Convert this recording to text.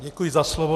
Já děkuji za slovo.